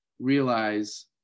realize